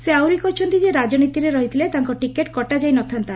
ସେ ଆହୁରି କହିଛନ୍ତି ଯେ ରାକନୀତିରେ ରହିଥିଲେ ତାଙ୍କ ଟିକେଟ୍ କଟାଯାଇ ନଥାନ୍ତା